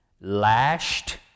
lashed